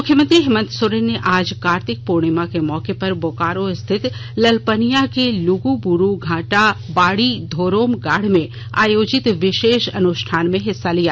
मुख्यमंत्री हेमंत सोरेन ने आज कार्तिक पूर्णिमा के मौके पर बोकारो स्थित ललपनिया के लुगुबुरु घाटा बाडी धोरोम गाढ में आयोजित विशेष अनुष्ठान में हिस्सा लिया